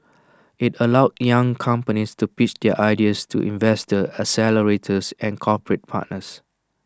IT allows young companies to pitch their ideas to investors accelerators and corporate partners